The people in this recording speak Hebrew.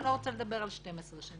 ואני לא רוצה לדבר על 12 שנים.